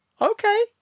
Okay